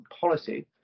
policy